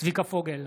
צביקה פוגל,